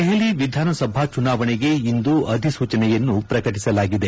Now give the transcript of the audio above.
ದೆಹಲಿ ವಿಧಾನಸಭಾ ಚುನಾವಣೆಗೆ ಇಂದು ಅಧಿಸೂಚನೆಯನ್ನು ಪ್ರಕಟಿಸಲಾಗಿದೆ